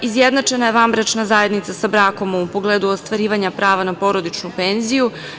Izjednačena je vanbračna zajednica sa brakom u pogledu ostvarivanja prava na porodičnu penziju.